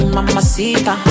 Mamacita